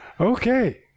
Okay